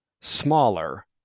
smaller